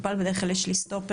בדרך כלל יש לי סטופר,